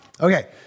Okay